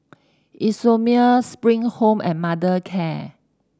Isomil Spring Home and Mothercare